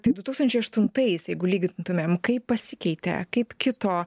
tai du tūkstančiai aštuntais lygintumėm kaip pasikeitė kaip kito